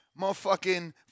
motherfucking